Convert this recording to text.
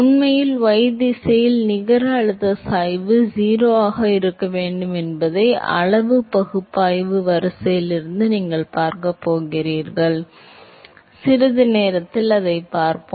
உண்மையில் y திசையில் நிகர அழுத்த சாய்வு 0 ஆக இருக்க வேண்டும் என்பதை அளவு பகுப்பாய்வு வரிசையிலிருந்து நீங்கள் பார்க்கப் போகிறீர்கள் சிறிது நேரத்தில் அதைப் பார்ப்போம்